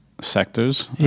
sectors